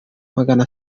magana